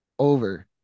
over